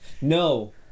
No